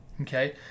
okay